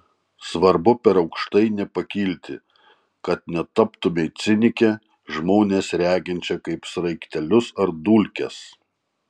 svarbu per aukštai nepakilti kad netaptumei cinike žmones reginčia kaip sraigtelius ar dulkes